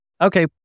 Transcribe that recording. okay